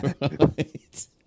right